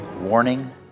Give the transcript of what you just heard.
Warning